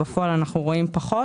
בפועל אנחנו רואים פחות.